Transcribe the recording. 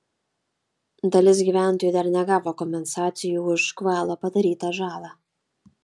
dalis gyventojų dar negavo kompensacijų už škvalo padarytą žalą